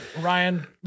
Ryan